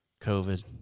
COVID